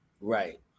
Right